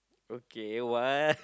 okay what